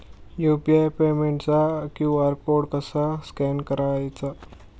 UPI पेमेंटचा QR code कसा scan करायचा?